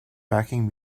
backing